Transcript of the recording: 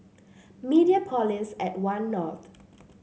Mediapolis at One North